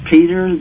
Peter